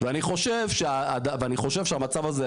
ואני חושב שהמצב הזה,